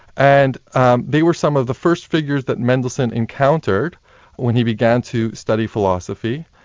and um they were some of the first figures that mendelssohn encountered when he began to study philosophy,